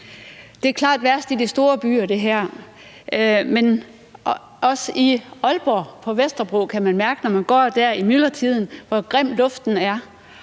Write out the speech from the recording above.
Det er klart værst i de store byer, men også i Aalborg, på Vesterbro, kan man, når man går